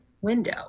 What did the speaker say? window